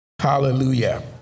hallelujah